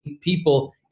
people